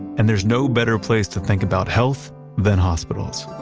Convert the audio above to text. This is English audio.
and there's no better place to think about health than hospitals.